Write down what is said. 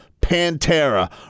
Pantera